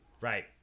Right